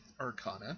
Arcana